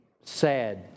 sad